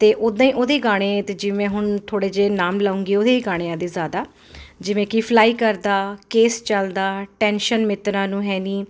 ਤੇ ਉਹਦੇ ਗਾਣੇ ਤੇ ਜਿਵੇਂ ਹੁਣ ਥੋੜੇ ਜਿਹੇ ਨਾਮ ਲਾਉਗੇ ਉਹੀ ਗਾਣਿਆਂ ਦੇ ਜ਼ਿਆਦਾ ਜਿਵੇਂ ਕਿ ਫਲਾਈ ਕਰਦਾ ਕੇਸ ਚੱਲਦਾ ਟੈਨਸ਼ਨ ਮਿੱਤਰਾਂ ਨੂੰ ਹੈ ਨੀ